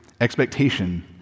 expectation